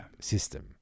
System